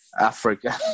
africa